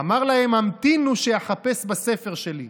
אמר להם: המתינו שאחפש בספר שלי.